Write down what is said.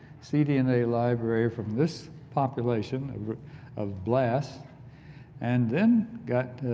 cdna library from this population of of blasts and then got